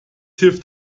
hilft